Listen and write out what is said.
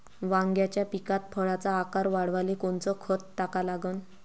वांग्याच्या पिकात फळाचा आकार वाढवाले कोनचं खत टाका लागन?